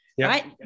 right